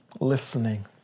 listening